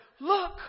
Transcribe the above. Look